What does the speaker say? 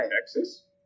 texas